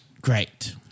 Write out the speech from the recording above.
great